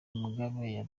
mugabe